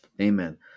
amen